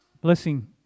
Blessing